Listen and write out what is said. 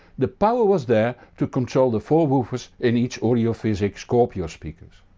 the power was there to control the four woofers in each audiophysic scorpio speakers.